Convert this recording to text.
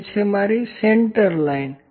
એ છે મારી centre line